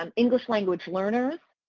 um english language learners,